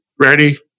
ready